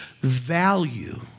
value